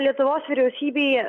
lietuvos vyriausybėje